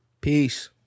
Peace